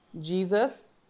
Jesus